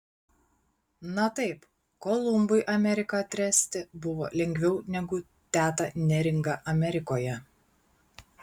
na taip kolumbui ameriką atrasti buvo lengviau negu tetą neringą amerikoje